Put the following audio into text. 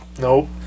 Nope